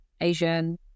Asian